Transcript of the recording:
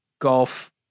Golf